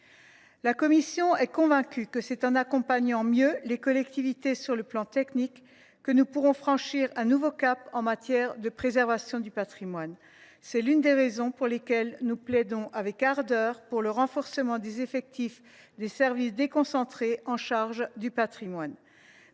La commission est en effet convaincue que c’est en accompagnant mieux les collectivités sur le plan technique que nous pourrons franchir un nouveau cap en matière de préservation du patrimoine. C’est l’une des raisons pour lesquelles nous plaidons avec ardeur pour le renforcement des effectifs des services déconcentrés de l’État chargés du patrimoine.